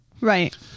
Right